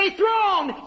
throne